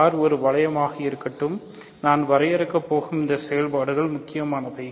R ஒரு வளையமாக இருக்கட்டும்நான் வரையறுக்கப் போகும் இந்த செயல்பாடுகள் முக்கியமானவை